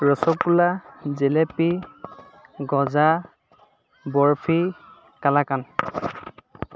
rasgulla jalebi gaja barfi kalakand